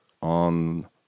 on